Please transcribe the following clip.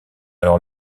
alors